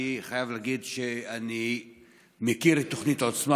אני חייב להגיד שאני מכיר את התוכנית עוצמה,